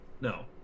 No